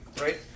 right